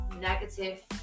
negative